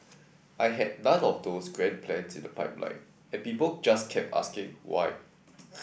I had none of those grand plans in the pipeline and people just kept asking why